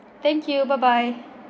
thank you bye bye